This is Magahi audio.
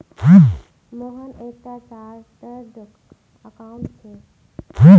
मोहन एक टा चार्टर्ड अकाउंटेंट छे